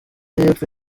y’epfo